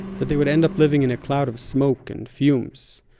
that they would end up living in a cloud of smoke and fumes.